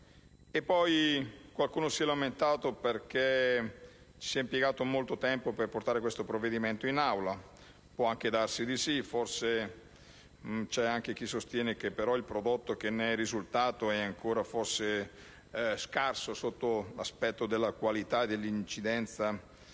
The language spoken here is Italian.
Qualcuno si è lamentato, perché si è impiegato molto tempo per portare questo provvedimento in Aula. Può anche darsi di sì, ma c'è anche chi sostiene che il prodotto che ne è risultato è forse ancora scarso sotto l'aspetto della qualità e dell'incidenza